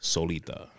Solita